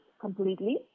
completely